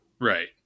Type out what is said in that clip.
Right